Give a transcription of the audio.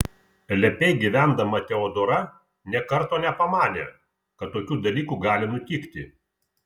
lepiai gyvendama teodora nė karto nepamanė kad tokių dalykų gali nutikti